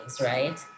right